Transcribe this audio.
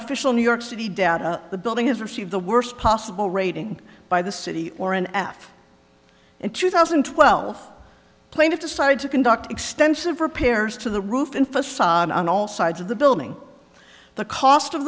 official new york city data the building has received the worst possible rating by the city or an f in two thousand and twelve plaintiff decided to conduct extensive repairs to the roof and facade on all sides of the building the cost of